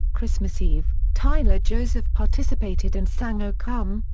christmas eve, tyler joseph participated and sang o come,